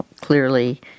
clearly